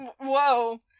whoa